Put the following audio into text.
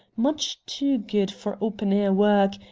much too good for open-air work,